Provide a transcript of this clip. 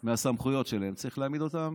מהסמכויות שלהם צריך להעמיד אותם